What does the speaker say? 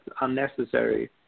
unnecessary